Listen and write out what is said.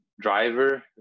driver